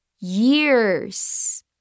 years